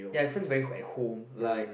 ya it feels very ho~ at home like